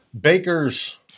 Baker's